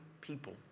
people